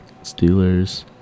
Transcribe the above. Steelers